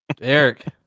Eric